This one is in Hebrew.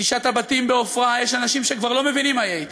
בתשעת הבתים בעפרה יש אנשים שכבר לא מבינים מה יהיה אתם.